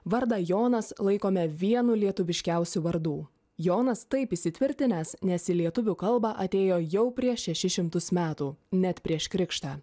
vardą jonas laikome vienu lietuviškiausių vardų jonas taip įsitvirtinęs nes į lietuvių kalbą atėjo jau prieš šešis šimtus metų net prieš krikštą